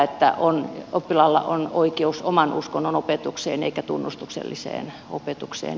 että oppilaalla on oikeus oman uskonnon opetukseen eikä tunnustukselliseen opetukseen